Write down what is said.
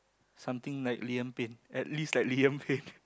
something like Liam-Payne at least like Liam-Payne